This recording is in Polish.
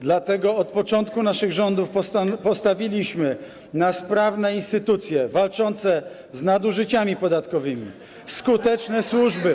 Dlatego od początku naszych rządów postawiliśmy na sprawne instytucje, walczące z nadużyciami podatkowymi, skuteczne służby.